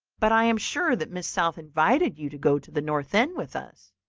but i am sure that miss south invited you to go to the north end with us.